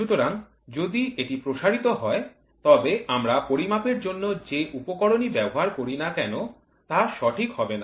সুতরাং যদি এটি প্রসারিত হয় তবে আমরা পরিমাপের জন্য যে উপকরণই ব্যবহার করি না কেন তা সঠিক হবে না